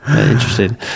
Interesting